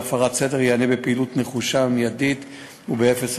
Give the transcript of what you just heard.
להפרת סדר ייענה בפעילות נחושה ומיידית ובאפס סובלנות.